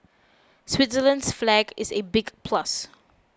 Switzerland's flag is a big plus